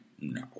No